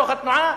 דוח התנועה,